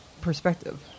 perspective